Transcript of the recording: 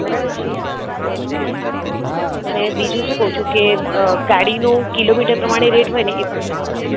બરાબર છે ઓકે અને બીજું શું કહું છું કે ગાડીનું કિલોમીટર પ્રમાણે રેટ હોય ને એ પણ જણાવજો